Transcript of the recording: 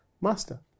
Master